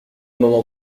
moment